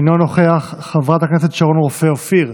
אינו נוכח, חברת הכנסת שרון רופא אופיר,